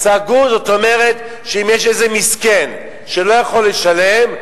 "סגור" זאת אומרת שאם יש איזה מסכן שלא יכול לשלם,